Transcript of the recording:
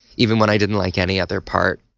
even when i didn't like any other part.